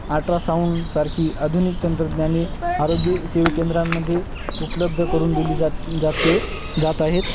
ultra साऊंडसारखी आधुनिक तंत्रज्ञाने आरोग्य सेवाकेंद्रांमध्ये उपलब्ध करून दिली जात जाते जात आहेत